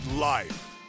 life